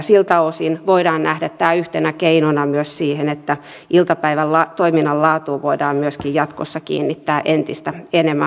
siltä osin voidaan nähdä tämä yhtenä keinona myös siihen että iltapäivätoiminnan laatuun voidaan myöskin jatkossa kiinnittää entistä enemmän huomiota